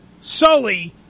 Sully